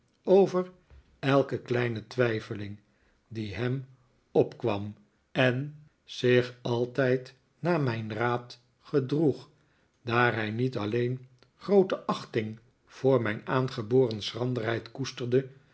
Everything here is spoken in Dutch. over elke kleine twijfeling die bij hem opkwam en zich altijd naar mijn raad gedroeg daar hij niet alleen groote achting voor mijn aangeboren schranderheid koesterde